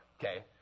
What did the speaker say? okay